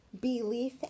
belief